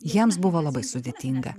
jiems buvo labai sudėtinga